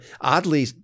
oddly